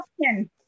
question